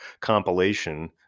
compilation